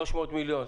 300 מיליון.